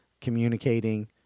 communicating